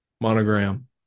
Monogram